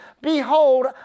behold